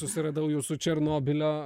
susiradau jūsų černobylio